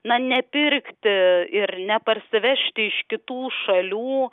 na nepirkti ir neparsivežti iš kitų šalių